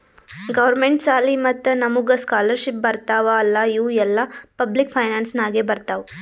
government ಸಾಲಿ ಮತ್ತ ನಮುಗ್ ಸ್ಕಾಲರ್ಶಿಪ್ ಬರ್ತಾವ್ ಅಲ್ಲಾ ಇವು ಎಲ್ಲಾ ಪಬ್ಲಿಕ್ ಫೈನಾನ್ಸ್ ನಾಗೆ ಬರ್ತಾವ್